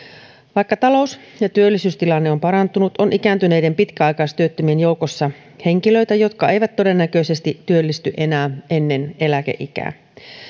vaikka talous ja työllisyystilanne on parantunut on ikääntyneiden pitkäaikaistyöttömien joukossa henkilöitä jotka eivät todennäköisesti työllisty enää ennen eläkeikää